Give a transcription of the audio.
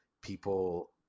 people